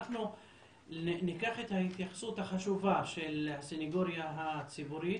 אנחנו ניקח את ההתייחסות החשובה של הסנגוריה הציבורית.